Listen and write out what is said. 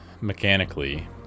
Mechanically